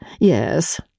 yes